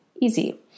easy